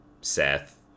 Seth